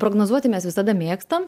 prognozuoti mes visada mėgstam